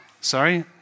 Sorry